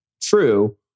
true